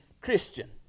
Christian